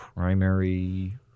Primary